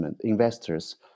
investors